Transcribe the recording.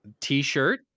T-shirt